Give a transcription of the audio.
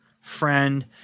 friend